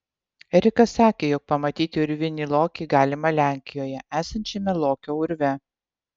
erikas sakė jog pamatyti urvinį lokį galima lenkijoje esančiame lokio urve